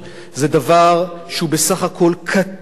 זה דבר שהוא בסך הכול קטן,